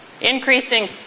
Increasing